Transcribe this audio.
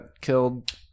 killed